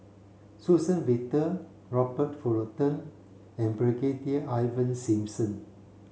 Suzann Victor Robert Fullerton and Brigadier Ivan Simson